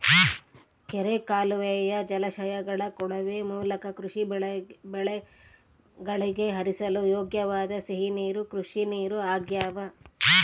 ಕೆರೆ ಕಾಲುವೆಯ ಜಲಾಶಯಗಳ ಕೊಳವೆ ಮೂಲಕ ಕೃಷಿ ಬೆಳೆಗಳಿಗೆ ಹರಿಸಲು ಯೋಗ್ಯವಾದ ಸಿಹಿ ನೀರು ಕೃಷಿನೀರು ಆಗ್ಯಾವ